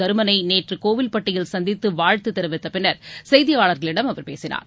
தருமனை நேற்று கோவில்பட்டியில் சந்தித்து வாழ்த்து தெரிவித்த பின்னர் செய்தியாளர்களிடம் அவர் பேசினார்